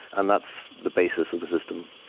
and that's the basis of the system.